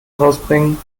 rausbringen